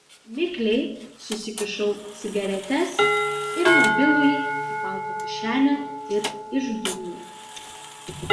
mikliai susikišau cigaretes ir mobilųjį į palto kišenę ir išdūmiau